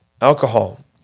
alcohol